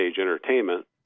entertainment